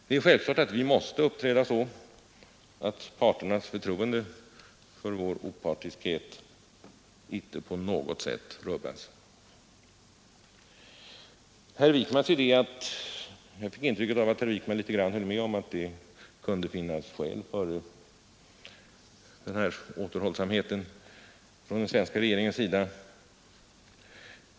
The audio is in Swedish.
Det är självklart att vi måste uppträda så att parternas förtroende för vår opartiskhet inte på något sätt rubbas. Jag fick intrycket att herr Wijkman i viss mån höll med om att det kunde finnas skäl för den här återhållsamheten från den svenska regeringens sida.